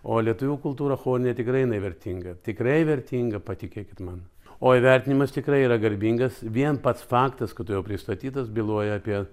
o lietuvių kultūra chorinė tikrai jinai vertinga tikrai vertinga patikėkit man o įvertinimas tikrai yra garbingas vien pats faktas kad tu jau pristatytas byloja apie